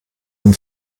dem